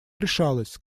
решалось